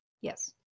yes